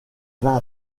vingt